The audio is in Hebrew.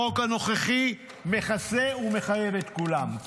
החוק הנוכחי מכסה ומחייב את כולם.